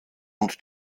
und